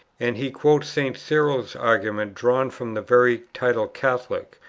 and he quotes st. cyril's argument drawn from the very title catholic,